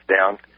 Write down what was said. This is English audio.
down